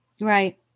Right